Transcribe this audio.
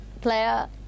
Player